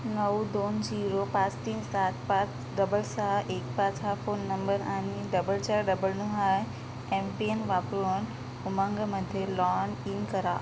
नऊ दोन झिरो पाच तीन सात पाच डबल सहा एक पाच हा फोन नंबर आणि डबल चार डबल नऊ हा एमपिन वापरून उमंगमध्ये लॉन इन करा